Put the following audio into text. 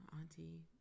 auntie